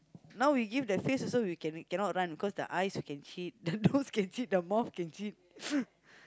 now we give that face also we can cannot run cause the eyes can cheat the nose can cheat the mouth can cheat